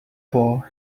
paw